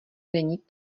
není